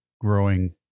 growing